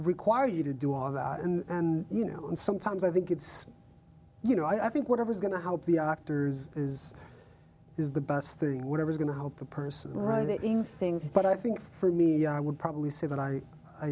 require you to do all that you know and sometimes i think it's you know i think whatever's going to help the actors is is the best thing whatever's going to help the person writing things but i think for me i would probably say that i